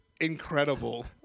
incredible